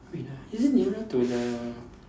wait ah is it nearer to the